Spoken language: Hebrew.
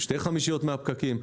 שתי חמישיות מהפקקים.